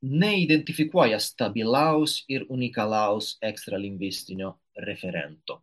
neidentifikuoja stabilaus ir unikalaus ekstralingvistinio referento